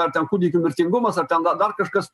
ar ten kūdikių mirtingumas ar ten dar kažkas